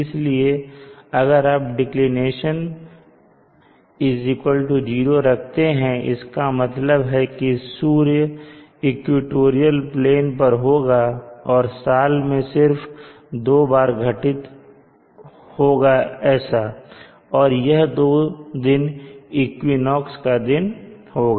इसलिए अगर आप डिक्लिनेशन 0 रखते हैं इसका मतलब है कि सूर्य इक्वेटोरियल प्लेन पर होगा और साल में सिर्फ 2 बार घटित होगा और यह 2 दिन इक्विनोक्स का दिन होगा